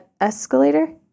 escalator